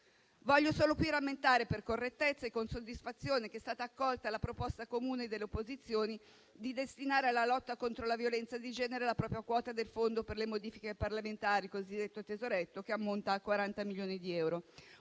Voglio solo rammentare qui, per correttezza e con soddisfazione, che è stata accolta la proposta comune delle opposizioni di destinare alla lotta contro la violenza di genere la propria quota del fondo per le modifiche parlamentari, il cosiddetto tesoretto, che ammonta a 40 milioni di euro,